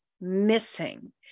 missing